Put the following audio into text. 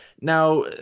Now